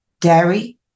dairy